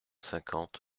cinquante